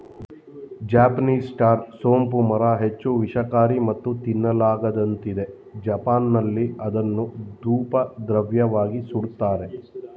Japanese star ಸೋಂಪು ಮರ ಹೆಚ್ಚು ವಿಷಕಾರಿ ಮತ್ತು ತಿನ್ನಲಾಗದಂತಿದೆ ಜಪಾನ್ನಲ್ಲಿ ಅದನ್ನು ಧೂಪದ್ರವ್ಯವಾಗಿ ಸುಡ್ತಾರೆ